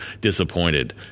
disappointed